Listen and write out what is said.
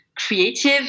creative